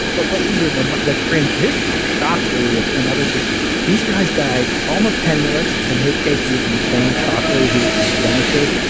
the laser, the the transistor, shockley and and other people. these guys died almost penniless in his case, he was insane. shockley, he was a eugenicist.